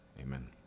amen